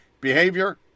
behavior